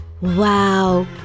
Wow